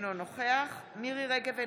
אינו נוכח מירי מרים רגב,